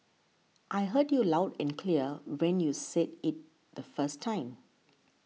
I heard you loud and clear when you said it the first time